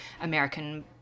American